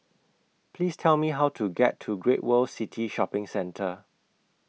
Please Tell Me How to get to Great World City Shopping Centre